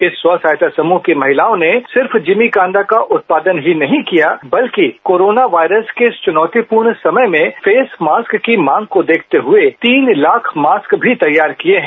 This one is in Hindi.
इस स्व सहायता समूह की ँ महिलाओं ने सिर्फ जिमी कांदा का उत्पादन ही नहीं किया बल्कि कोरोना वायरस के इस चुनौतीपूर्ण समय में फेस मास्क की मांग को देखते हुए तीन लाख मास्क भी तैयार किए हैं